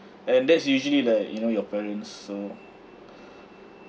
and that's usually like you know your parents so